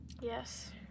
yes